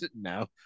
no